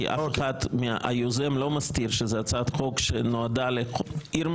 כי היוזם לא מסתיר שזו הצעת חוק שנועדה לעיר מסוימת,